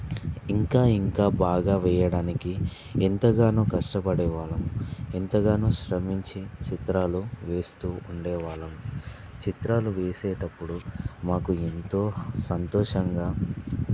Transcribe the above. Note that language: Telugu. ఇంకా ఇంకా బాగా వెయ్యడానికి ఎంతగానో కష్టపడేవాళ్ళం ఎంతగానో శ్రమించి చిత్రాలు వేస్తూ ఉండేవాళ్ళము చిత్రాలు వేసేటప్పుడు మాకు ఎంతో సంతోషంగా